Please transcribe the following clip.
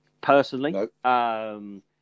personally